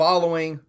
Following